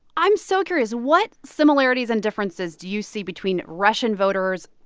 i'm so curious. what similarities and differences do you see between russian voters,